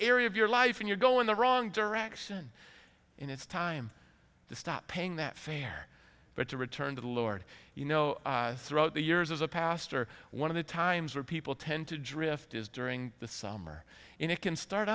area of your life and you're going the wrong direction in it's time to stop paying that fare but to return to the lord you know throughout the years as a pastor one of the times where people tend to drift is during the summer in a can start